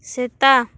ᱥᱮᱛᱟ